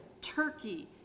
Turkey